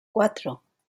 cuatro